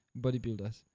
bodybuilders